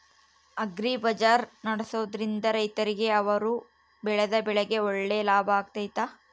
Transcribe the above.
Agri bazaar ನಡೆಸ್ದೊರಿಂದ ರೈತರಿಗೆ ಅವರು ಬೆಳೆದ ಬೆಳೆಗೆ ಒಳ್ಳೆ ಲಾಭ ಆಗ್ತೈತಾ?